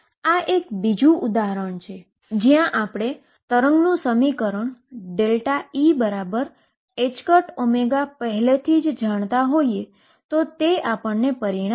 શ્રોડિંજરSchrödinger સમીકરણ 22m2ψVψEψ એ ભૌતિક પરિસ્થિતિ માટેનું ફન્ડામેન્ટલ વેવ સમીકરણ છે